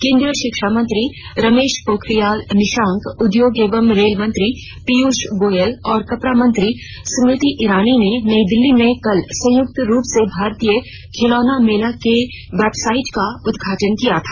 केंद्रीय शिक्षा मंत्री रमेश पोखरियाल निशंक उद्योग एवं रेल मंत्री पीयूष गोयल और कपड़ा मंत्री स्मृति ईरानी ने नई दिल्ली में कल संयुक्त रूप से भारतीय खिलौना मेले के वेबसाईट का उदघाटन किया था